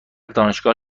دانشگاه